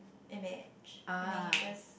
image and then you just